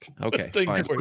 okay